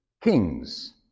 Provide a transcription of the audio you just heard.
kings